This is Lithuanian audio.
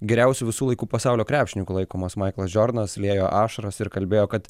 geriausiu visų laikų pasaulio krepšininku laikomas maiklas džordonas liejo ašaras ir kalbėjo kad